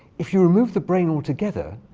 if you remove the brain altogether,